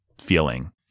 feeling